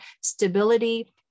stability